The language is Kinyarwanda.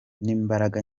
n’imbaraga